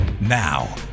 Now